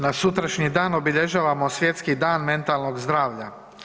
Na sutrašnji dan obilježavamo Svjetski dan mentalnog zdravlja.